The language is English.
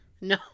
No